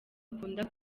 akunda